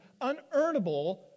unearnable